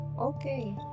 Okay